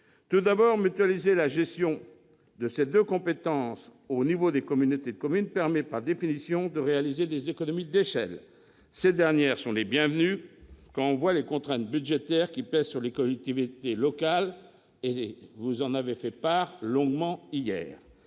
Tout d'abord, mutualiser la gestion de ces deux compétences au niveau des communautés de communes permet, par définition, de réaliser des économies d'échelle. Ces dernières sont bienvenues quand on sait les contraintes budgétaires qui pèsent sur les collectivités locales- il en a longuement été